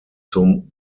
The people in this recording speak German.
zum